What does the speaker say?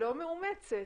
לא מאומצת?